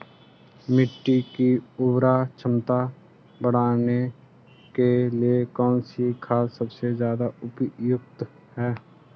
मिट्टी की उर्वरा क्षमता बढ़ाने के लिए कौन सी खाद सबसे ज़्यादा उपयुक्त है?